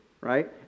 right